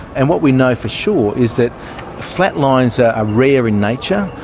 and what we know for sure is that flat lines are rare in nature,